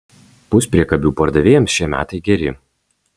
puspriekabių pardavėjams šie metai geri